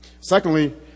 Secondly